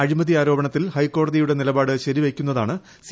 അഴിമതി ആരോപ്ണത്തിൽ ഹൈക്കോടതിയുടെ നിലപാട് ശരിവെയ്ക്കുന്നതാണ് സി